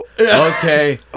okay